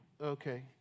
Okay